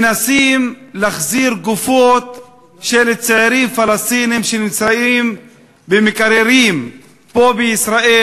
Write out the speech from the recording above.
מנסה להחזיר גופות של צעירים פלסטינים שנמצאים במקררים פה בישראל,